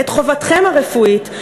את חובתכם הרפואית,